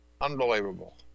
unbelievable